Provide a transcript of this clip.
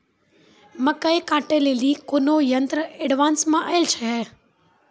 मकई कांटे ले ली कोनो यंत्र एडवांस मे अल छ?